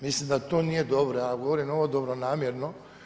Mislim da to nije dobro, a vam govorim ovo dobronamjerno.